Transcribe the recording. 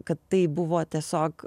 kad tai buvo tiesiog